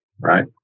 right